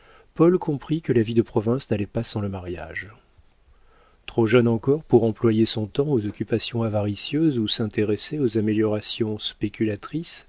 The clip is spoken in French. paul comprit que la vie de province n'allait pas sans le mariage trop jeune encore pour employer son temps aux occupations avaricieuses ou s'intéresser aux améliorations spéculatrices